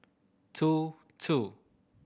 two two